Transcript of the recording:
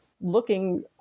Looking